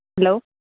hello